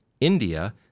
India